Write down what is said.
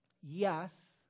Yes